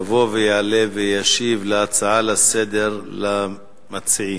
יבוא ויעלה וישיב להצעות לסדר-היום של המציעים.